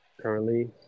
currently